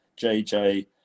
JJ